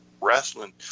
wrestling